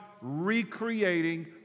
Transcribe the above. recreating